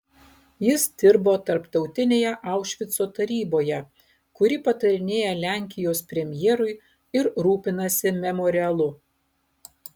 jis dirbo tarptautinėje aušvico taryboje kuri patarinėja lenkijos premjerui ir rūpinasi memorialu